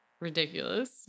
ridiculous